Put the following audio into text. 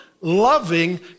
loving